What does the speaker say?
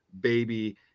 baby